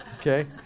okay